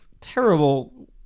terrible